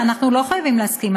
אנחנו לא חייבים להסכים,